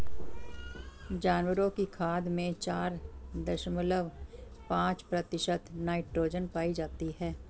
जानवरों की खाद में चार दशमलव पांच प्रतिशत नाइट्रोजन पाई जाती है